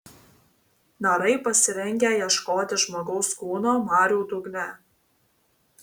narai pasirengę ieškoti žmogaus kūno marių dugne